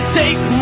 take